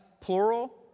plural